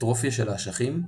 אטרופיה של האשכים וגינקומסטיה.